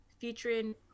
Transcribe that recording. featuring